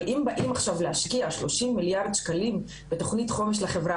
אבל אם באים עכשיו להשקיע 30 מיליארד שקלים בתוכנית חומש לחברה